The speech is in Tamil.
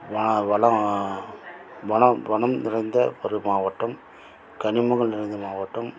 வளம் வனம் வனம் நிறைந்த ஒரு மாவட்டம் கனிமங்கள் நிறைந்த மாவட்டம்